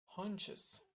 hunches